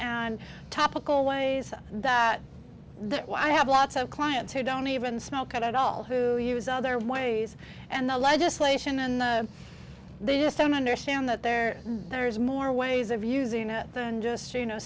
and topical ways that i have lots of clients who don't even smoke at all who use other ways and the legislation and they just don't understand that there there is more ways of using the industry you know